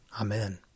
Amen